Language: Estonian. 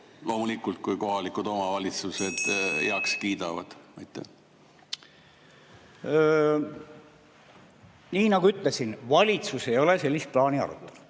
Loomulikult, kui kohalikud omavalitsused heaks kiidavad. Nii nagu ütlesin, valitsus ei ole sellist plaani arutanud.